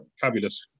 fabulous